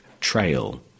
trail